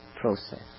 process